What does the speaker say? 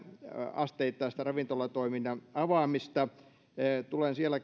asteittaista ravintolatoiminnan avaamista tulen siellä